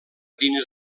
dins